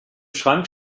schrank